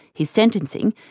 his sentencing,